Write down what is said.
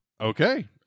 Okay